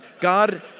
God